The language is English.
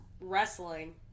wrestling